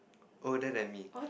older than me